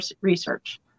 research